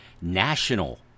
national